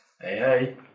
hey